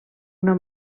una